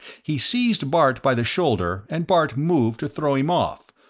he seized bart by the shoulder and bart moved to throw him off,